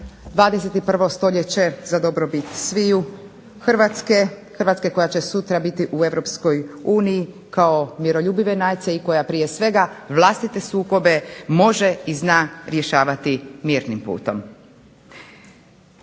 21. stoljeće za dobrobit sviju, Hrvatske, Hrvatske koja će sutra biti u Europskoj uniji kao miroljubive nacije i koja prije svega vlastite sukobe može i zna rješavati mirnim putom.